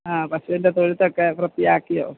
ആ പശുവിൻറ്റെ തൊഴുത്തൊക്കെ വൃത്തിയാക്കിയോ